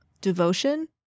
devotion